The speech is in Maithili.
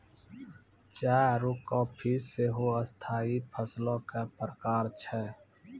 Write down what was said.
चाय आरु काफी सेहो स्थाई फसलो के प्रकार छै